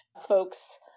folks